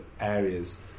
areas